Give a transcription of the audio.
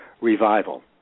revival